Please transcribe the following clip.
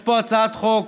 יש פה הצעת חוק